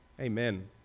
Amen